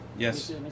Yes